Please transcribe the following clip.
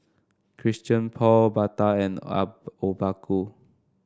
Christian Paul Bata and Obaku